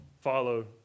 follow